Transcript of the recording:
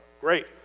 Great